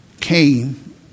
came